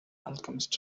alchemist